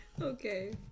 okay